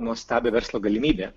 nuostabią verslo galimybę